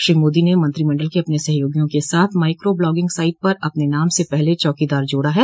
श्री मोदी ने मंत्रिमंडल के अपने सहयोगियों के साथ माइक्रो ब्लॉगिंग साइट पर अपने नाम से पहले चौकीदार जोड़ा है